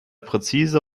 präzise